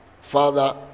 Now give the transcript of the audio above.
Father